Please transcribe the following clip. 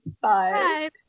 Bye